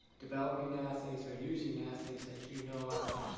developing assays or using assays that you know are